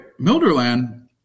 Milderland